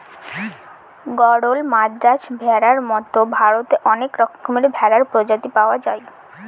গরল, মাদ্রাজ ভেড়ার মতো ভারতে অনেক রকমের ভেড়ার প্রজাতি পাওয়া যায়